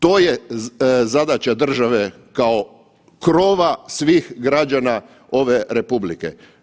To je zadaća države kao krova svih građana ove republike.